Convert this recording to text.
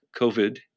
COVID